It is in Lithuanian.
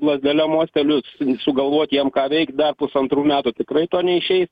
lazdele mostelėjus sugalvot jiem ką veikt dar pusantrų metų tikrai to neišeis